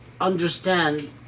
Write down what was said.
understand